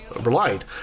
relied